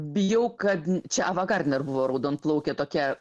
bijau kad čia ava gardner buvo raudonplaukė tokia